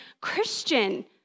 Christian